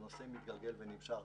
זה נושא מתגלגל ונמשך.